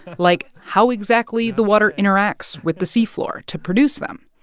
like how exactly the water interacts with the seafloor to produce them.